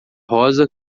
rosa